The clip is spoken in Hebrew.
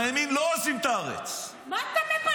מהימין לא עוזבים את הארץ -- מה אתה מבלבל את המוח?